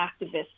activists